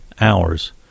hours